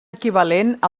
equivalent